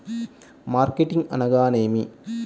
Marketing అనగానేమి?